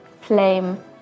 flame